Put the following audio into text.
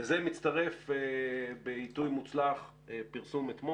לזה מצטרף אתמול בעיתוי מוצלח פרסום,